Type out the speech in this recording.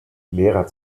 lehrer